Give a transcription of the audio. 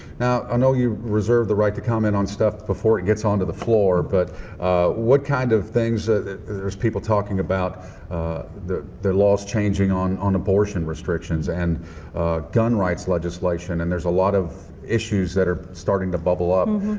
now i know you reserve the right to comment on stuff before it gets on to the floor. but what kind of things? there's people talking about the the laws changing on on abortion restrictions and gun rights legislation. and there's a lot of issues that are starting to bubble up.